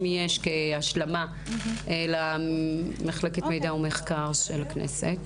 כהשלמה למחלקת המחקר והמידע של הכנסת.